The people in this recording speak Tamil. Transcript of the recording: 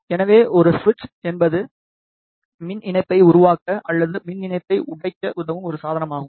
எனவே ஒரு சுவிட்ச் என்பது மின் இணைப்பை உருவாக்க அல்லது மின் இணைப்பை உடைக்க உதவும் ஒரு சாதனம் ஆகும்